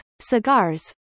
cigars